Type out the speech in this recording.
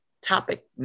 topic